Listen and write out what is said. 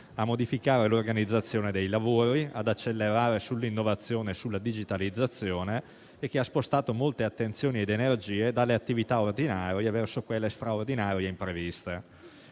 a modificare l'organizzazione dei lavori, ad accelerare sull'innovazione e sulla digitalizzazione e a spostare molte attenzioni ed energie dalle attività ordinarie verso quelle straordinarie e impreviste.